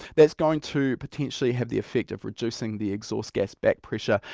that's going to potentially have the effect of reducing the exhaust gas back pressure.